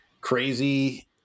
crazy